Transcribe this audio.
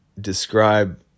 describe